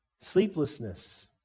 Sleeplessness